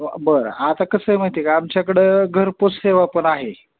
बरं आता कसं आहे माहिती आहे का आमच्याकडं घरपोच सेवापण आहे